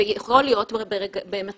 ובעצם מתייחסות גם למאגרי מידע שכוללים מידע